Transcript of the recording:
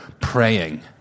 praying